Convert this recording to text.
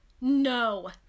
no